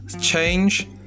Change